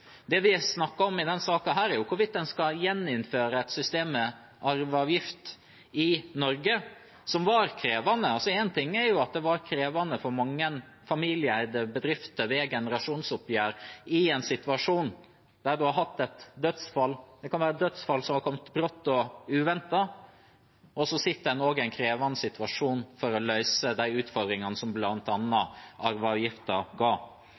Det vi snakker om i denne saken, er hvorvidt en i Norge skal gjeninnføre et system med arveavgift som var krevende. Én ting er at det var krevende for mange familieeide bedrifter ved generasjonsoppgjør i en situasjon der man har hatt et dødsfall – det kan være et dødsfall som har kommet brått og uventet – og så sitter en i en krevende situasjon for å løse også de utfordringene som bl.a. arveavgiften ga.